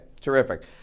terrific